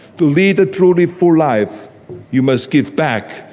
to lead a truly full life you must give back.